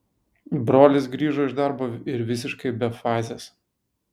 brolis grįžo iš darbo ir visiškai be fazės